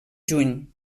juny